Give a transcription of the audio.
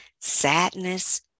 sadness